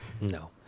No